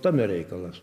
tame reikalas